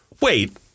wait